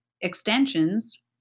extensions